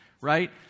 right